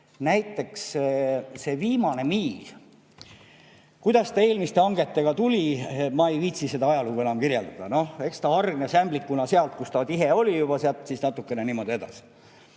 Näiteks see viimane miil – kuidas ta eelmiste hangetega tuli, ma ei viitsi seda ajalugu enam kirjeldada. Noh, eks ta hargnes ämblikuna sealt, kust ta tihe oli juba, sealt siis natukene niimoodi edasi.